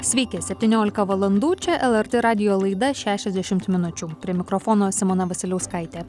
sveiki septyniolika valandų čia lrt radijo laida šešiasdešimt minučių prie mikrofono simona vasiliauskaitė